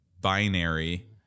binary